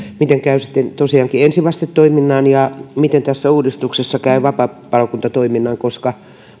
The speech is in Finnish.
miten käy sitten tosiaankin ensivastetoiminnan ja miten tässä uudistuksessa käy vapaapalokuntatoiminnan koska